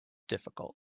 difficult